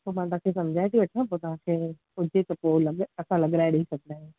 पोइ मां तव्हांखे समझाइ थी वठा पोइ तव्हांखे हुजे त पोइ लॻाइ असां लॻाराए ॾई सघंदा आहियूं